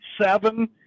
seven